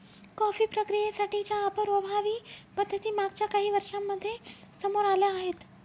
coffee प्रक्रियेसाठी च्या प्रभावी पद्धती मागच्या काही वर्षांमध्ये समोर आल्या आहेत